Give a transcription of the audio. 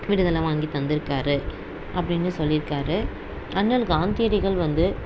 விடுதலை வாங்கி தந்துருக்காரு அப்படின்னு சொல்லியிருக்காரு அண்ணல் காந்தியடிகள் வந்து